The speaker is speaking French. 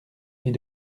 mit